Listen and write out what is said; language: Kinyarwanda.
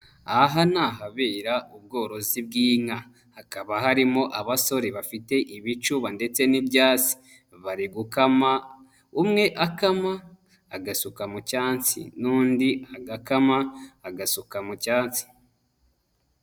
Aha ni ahabera ubworozi bw'inka, hakaba harimo abasore bafite ibicuba ndetse n'ibyansi, bari gukama, umwe akama agasuka mu cyansi n'undi agakama agasuka mu cyansi.